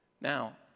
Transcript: Now